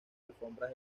alfombras